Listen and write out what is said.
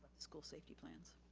school safety plans.